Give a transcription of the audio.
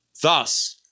Thus